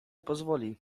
pozwoli